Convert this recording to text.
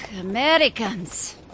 Americans